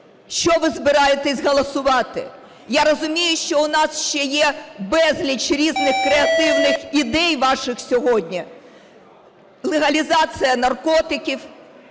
Що ви збираєтесь голосувати? Я розумію, що в нас ще є безліч різних креативних ідей ваших сьогодні: легалізація наркотиків,